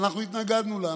שאנחנו התנגדנו לה,